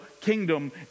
kingdom